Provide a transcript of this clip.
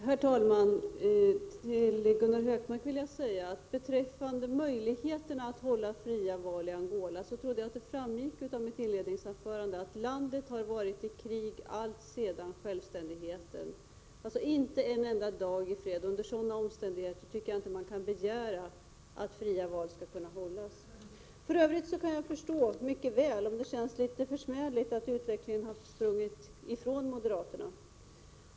Herr talman! Beträffande möjligheten att hålla fria val i Angola trodde jag att det framgick av mitt inledningsanförande att landet har varit i krig alltsedan självständigheten och alltså inte haft en enda dag av fred. Under sådana omständigheter kan man inte begära att fria val skall kunna hållas. För övrigt kan jag mycket väl förstå om det känns litet försmädligt att utvecklingen har sprungit ifrån moderaterna.